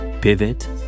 Pivot